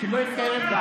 שלא יתקרב.